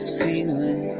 ceiling